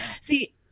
See